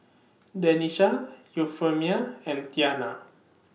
Denisha Euphemia and Tianna